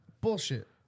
Bullshit